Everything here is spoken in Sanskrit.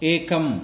एकम्